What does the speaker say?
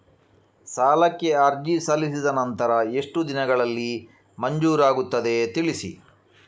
ಸಾಲಕ್ಕೆ ಅರ್ಜಿ ಸಲ್ಲಿಸಿದ ನಂತರ ಎಷ್ಟು ದಿನಗಳಲ್ಲಿ ಮಂಜೂರಾಗುತ್ತದೆ ತಿಳಿಸಿ?